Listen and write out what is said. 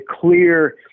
clear